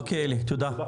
אוקיי אלי תודה.